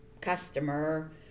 customer